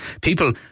people